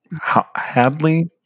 Hadley